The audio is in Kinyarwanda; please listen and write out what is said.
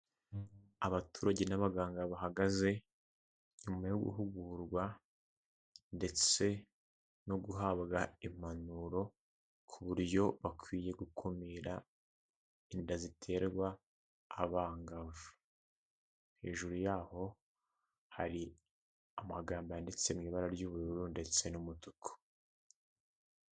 Abaturage n'abaganga bahagaze nyuma yo guhugurwa ndetse no guhabwa impanuro ku buryo bakwiye gukumira inda ziterwa abangavu hejuru yaho hari amagambo yanditse mu ibara ry'ubururu ndetse n'umutuku.